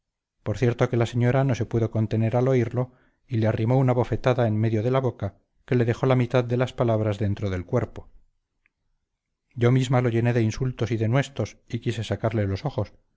por cierto que la señora no se pudo contener al oírlo y le arrimó una bofetada en medio de la boca que le dejó la mitad de las palabras dentro del cuerpo yo mismo lo llené de insultos y denuestos y quise sacarle los ojos